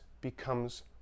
becomes